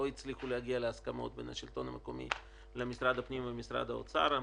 לא הצליחו להגיע להסכמות בין השלטון המקומי למשרד הפנים ולמשרד האוצר.